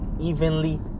evenly